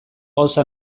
gauza